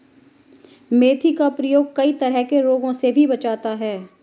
मेथी का प्रयोग कई तरह के रोगों से भी बचाता है